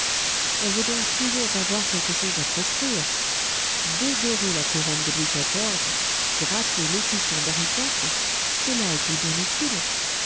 on veut donc toujours avoir quelque chose à proscrire dédorer la couronne de louis xiv gratter l'écusson d'henri iv cela est-il bien utile